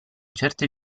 certe